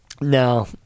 no